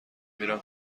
میرم